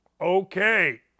Okay